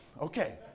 Okay